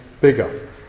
bigger